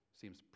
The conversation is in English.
seems